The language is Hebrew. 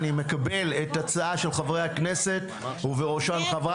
אני מקבל את ההצעה של חברי הכנסת ובראשם חה"כ